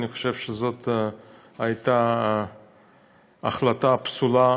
אני חושב שזאת הייתה החלטה פסולה,